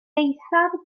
eithaf